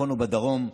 בצפון ובדרום,